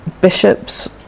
bishops